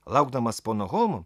laukdamas pono holmo